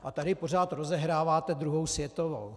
A tady pořád rozehráváte druhou světovou.